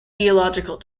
geological